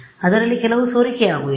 ಅದರಲ್ಲಿ ಕೆಲವು ಸೋರಿಕೆಯಾಗುವುದಿಲ್ಲ